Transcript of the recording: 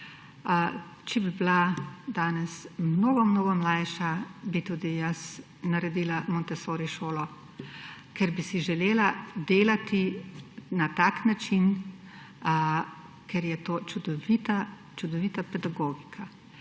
Če bi bila danes mnogo mnogo mlajša, bi tudi jaz naredila montessori šolo, ker bi si želela delati na tak način, ker je to čudovita pedagogika.